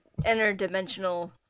interdimensional